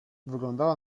wyglądała